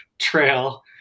trail